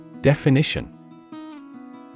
Definition